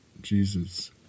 Jesus